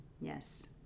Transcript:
Yes